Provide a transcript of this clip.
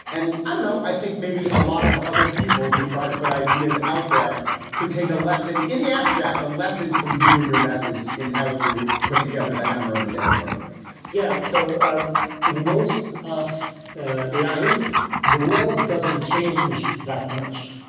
and i don't know, i think maybe a lot of other people who try to put ideas out there could take a lesson in the abstract, a lesson from you and your methods in how you put together the hammer in the dance argument yeah. so um in most of life, the world doesn't change that much.